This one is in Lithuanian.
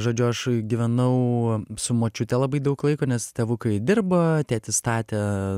žodžiu aš gyvenau su močiute labai daug laiko nes tėvukai dirba tėtis statė